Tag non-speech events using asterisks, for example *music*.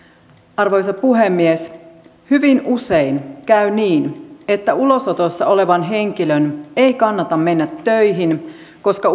arvoisa puhemies hyvin usein käy niin että ulosotossa olevan henkilön ei kannata mennä töihin koska *unintelligible*